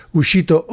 uscito